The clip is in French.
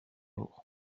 jour